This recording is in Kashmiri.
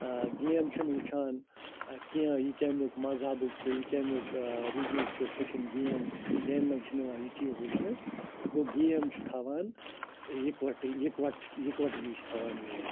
گیم چھِنہٕ وٕچھان کیٚنٛہہ یہِ کَمیُک مزہبُک چھُ یہِ کَمیُک رِجنُک چھِ سُہ چھِنہٕ گیم گیمہِ منٛز چھِنہٕ یِوان یہِ چیٖز وٕچھنہٕ گوٚو گیم چھِ تھاوان یِکوَٹہٕ یِکوَٹ یِکوَٹ گی چھِ تھاوان گیم